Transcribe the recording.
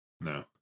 No